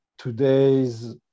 today's